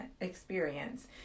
experience